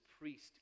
priest